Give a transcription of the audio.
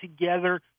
together